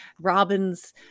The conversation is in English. Robin's